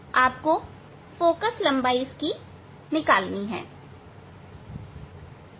और तब आपको हर मामले में फोकललंबाई निकालनी होगी